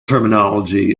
terminology